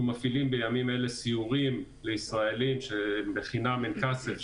אנחנו מפעילם בימים אלה סיורים לישראלים שחינם אין כסף,